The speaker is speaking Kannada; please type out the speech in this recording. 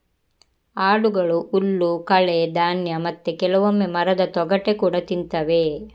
ಆಡುಗಳು ಹುಲ್ಲು, ಕಳೆ, ಧಾನ್ಯ ಮತ್ತೆ ಕೆಲವೊಮ್ಮೆ ಮರದ ತೊಗಟೆ ಕೂಡಾ ತಿಂತವೆ